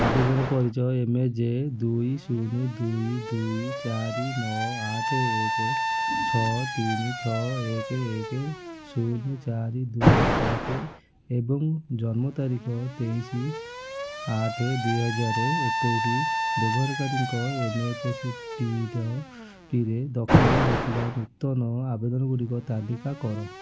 ଆବେଦନ ପରିଚୟ M J ଦୁଇ ଶୂନ ଦୁଇ ଦୁଇ ଚାରି ନଅ ଆଠ ଏକ ଛଅ ତିନି ଛଅ ଏକ ଏକ ଶୂନ ଚାରି ଦୁଇ ସାତ ଏବଂ ଜନ୍ମ ତାରିଖ ତେଇଶି ଆଠ ଦୁଇହଜାର ଏକୋଇଶି ବ୍ୟବହାରକାରୀଙ୍କ ଏନ୍ଏଫ୍ଏସ୍ପିର ପିରେ ଦଖଲ ହୋଇଥିବା ନୂତନ ଆବେଦନଗୁଡ଼ିକ ତାଲିକା କର